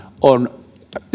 on